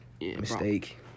Mistake